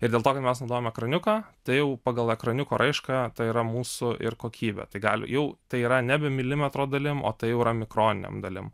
ir dėl to kad mes naudojam ekraniuką tai jau pagal ekraniuko raišką tai yra mūsų ir kokybė tai gali jau tai yra nebe milimetro dalim o tai yra mikroninėm dalim